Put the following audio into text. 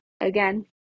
again